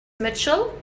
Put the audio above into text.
mitchell